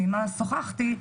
שעמה שוחחתי,